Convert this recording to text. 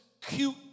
cute